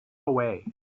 away